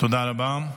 תודה רבה.